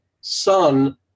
son